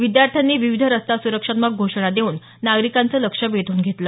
विद्यार्थ्यांनी विविध रस्ता सुरक्षात्मक घोषणा देऊन नागरिकांचं लक्ष वेधून घेतलं